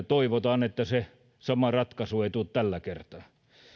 toivotaan että se sama ratkaisu ei tule tällä kertaa